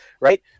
right